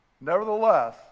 Nevertheless